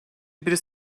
bir